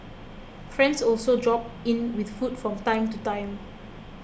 friends also drop in with food from time to time